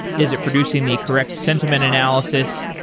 is it producing the correct sentiment analysis?